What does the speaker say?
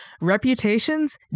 Reputations